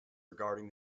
regarding